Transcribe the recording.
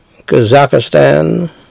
Kazakhstan